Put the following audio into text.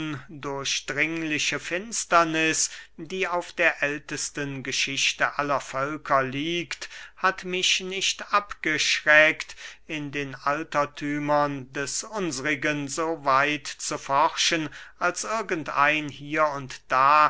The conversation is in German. undurchdringliche finsterniß die auf der ältesten geschichte aller völker liegt hat mich nicht abgeschreckt in den alterthümern des unsrigen so weit zu forschen als irgend ein hier und da